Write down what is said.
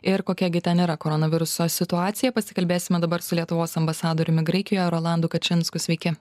ir kokia gi ten yra koronaviruso situacija pasikalbėsime dabar su lietuvos ambasadoriumi graikijoje rolandu kačinsku sveiki